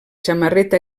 samarreta